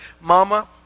Mama